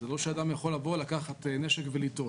זה לא שאדם יכול לבוא, לקחת נשק וליטול.